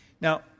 Now